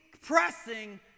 pressing